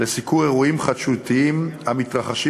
לסיקור אירועים חדשותיים המתרחשים